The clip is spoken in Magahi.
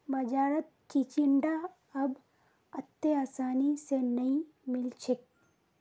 बाजारत चिचिण्डा अब अत्ते आसानी स नइ मिल छेक